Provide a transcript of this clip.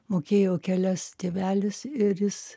mokėjo kelias tėvelis ir jis